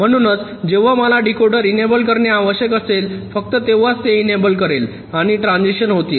म्हणूनच जेव्हा मला डीकोडर इनेबल करणे आवश्यक असेल फक्त तेव्हाच हे इनेबल करेल आणि ट्रान्झिशन्स होतील